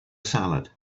salad